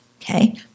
okay